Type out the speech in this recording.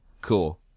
Cool